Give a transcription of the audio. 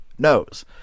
knows